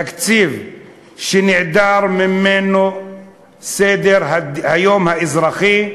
תקציב שנעדר ממנו סדר-היום האזרחי,